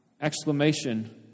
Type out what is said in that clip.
exclamation